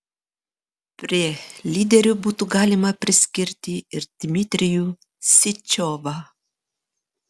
prie lyderių būtų galima priskirti ir dmitrijų syčiovą